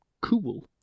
cool